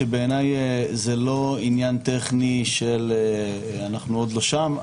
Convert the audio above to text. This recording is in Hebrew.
שבעיניי זה לא עניין טכני של אנחנו עוד לא שם.